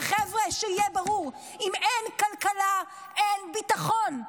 וחבר'ה, שיהיה ברור: אם אין כלכלה, אין ביטחון.